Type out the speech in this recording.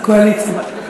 הקואליציה.